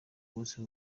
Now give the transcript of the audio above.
umunsi